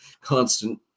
constant